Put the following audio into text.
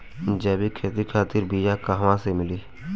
जैविक खेती खातिर बीया कहाँसे मिली?